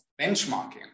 benchmarking